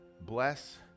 Bless